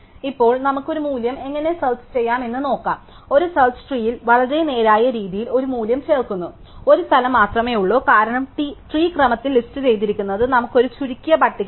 ഇപ്പോൾ നമുക്ക് ഒരു മൂല്യം എങ്ങനെ സെർച്ച് ചെയാം എന്ന് നോക്കാം ഒരു സെർച്ച് ട്രീയിൽ വളരെ നേരായ രീതിയിൽ ഒരു മൂല്യം ചേർക്കുന്നു ഒരു സ്ഥലം മാത്രമേയുള്ളൂ കാരണം ട്രീ ക്രമത്തിൽ ലിസ്റ്റുചെയ്തിരിക്കുന്നത് നമുക്ക് ഒരു ചുരുക്കിയ പട്ടിക നൽകും